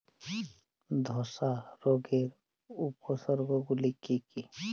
ধসা রোগের উপসর্গগুলি কি কি?